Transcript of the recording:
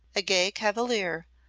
a gay cavalier,